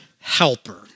helper